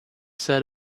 set